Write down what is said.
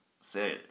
Say